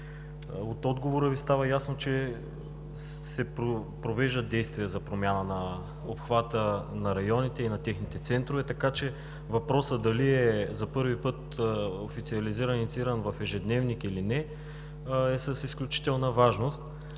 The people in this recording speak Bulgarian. от отговора Ви става ясно, че се провеждат действия за промяна на обхвата на районите и на техните центрове, така че въпросът, дали за първи път е официализиран и иницииран от ежедневник, или не, е с изключителна важност.